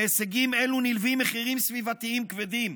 להישגים אלו נלווים מחירים סביבתיים כבדים,